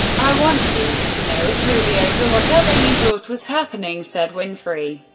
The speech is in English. i want you to know, it's really over, whatever you thought was happening, said winfrey.